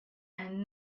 and